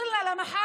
לפחות למתווה